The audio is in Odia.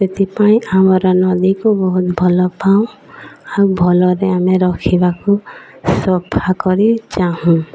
ସେଥିପାଇଁ ଆମର ନଦୀକୁ ବହୁତ ଭଲ ପାଉ ଆଉ ଭଲରେ ଆମେ ରଖିବାକୁ ସଫା କରି ଚାହୁଁ